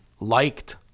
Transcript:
liked